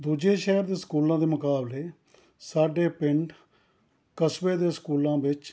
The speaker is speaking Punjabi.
ਦੂਜੇ ਸ਼ਹਿਰ ਦੇ ਸਕੂਲਾਂ ਦੇ ਮੁਕਾਬਲੇ ਸਾਡੇ ਪਿੰਡ ਕਸਬੇ ਦੇ ਸਕੂਲਾਂ ਵਿੱਚ